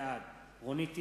בעד רונית תירוש,